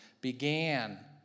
began